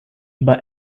but